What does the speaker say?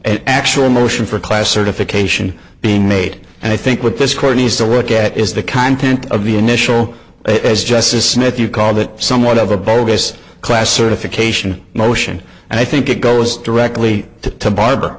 an actual motion for class certification being made and i think what this court needs to work at is the content of the initial it as justice smith you called it somewhat of a bogus class certification motion and i think it goes directly to to barbara